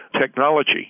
technology